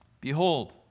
Behold